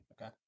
Okay